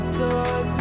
talk